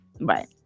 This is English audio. right